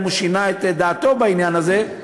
אלא אם כן הוא שינה את דעתו בעניין הזה,